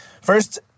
First